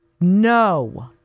No